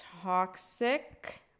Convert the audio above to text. toxic